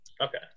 Okay